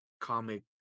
comic